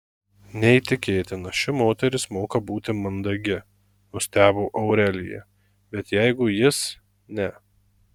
neįtikėtina ši moteris moka būti mandagi nustebo aurelija bet jeigu jis ne